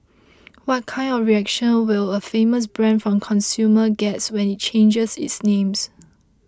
what kind of reactions will a famous brand from consumers get when it changes its names